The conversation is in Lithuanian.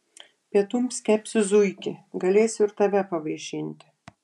pietums kepsiu zuikį galėsiu ir tave pavaišinti